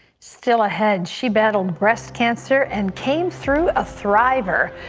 still ahead, she battled breast cancer and came through a thriver.